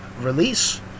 release